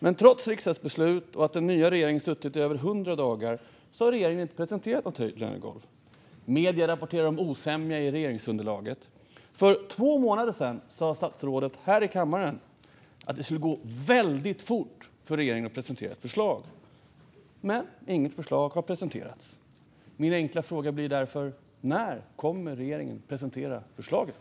Men trots detta riksdagsbeslut, och trots att den nya regeringen suttit i över hundra dagar, har regeringen inte presenterat något höjt lönegolv. Medierna rapporterar om osämja i regeringsunderlaget. För två månader sedan sa statsrådet Malmer Stenergard här i kammaren att det skulle gå "väldigt fort" för regeringen att presentera ett förslag, men inget förslag har presenterats. Min enkla fråga blir därför: När kommer regeringen att presentera förslaget?